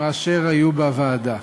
מאשר היו בוועדה.